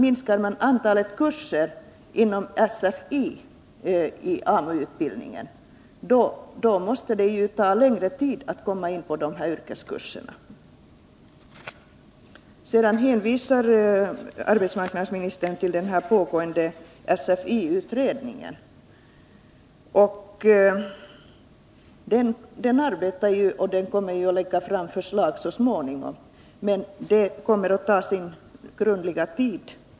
Minskar man antalet SFI-kurser inom AMU-utbildningen, måste det dockta Nr 37 längre tid att komma in på dessa yrkeskurser. Slutligen hänvisar arbetsmarknadsministern till den pågående SFI utredningen. Den kommer visserligen så småningom att lägga fram förslag, men det kommer att ta sin grundliga tid.